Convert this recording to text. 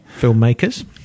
Filmmakers